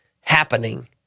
happening